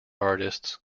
artists